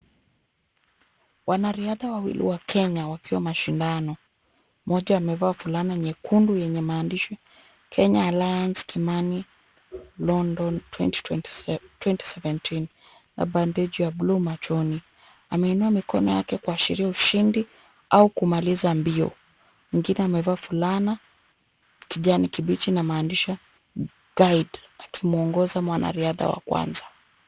Wanariadha wawili wa Kenya wakiwa mashindano. Mmoja amevaa fulana nyekundu yenye maandishi Kenya Alliance Kimani London 2017 na bandeji ya bluu machoni. Ameinua mikono yake kuashiria ushindi au kumaliza mbio. Mwingine amevaa fulana ya kijani kibichi na maandishi Guide . Akimwongoza mwanariadha wa kwanza.